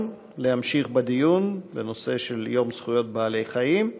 להמשיך בדיון בנושא יום זכויות בעלי-החיים.